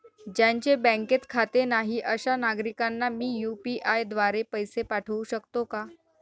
ज्यांचे बँकेत खाते नाही अशा नागरीकांना मी यू.पी.आय द्वारे पैसे पाठवू शकतो का?